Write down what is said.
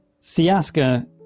Siaska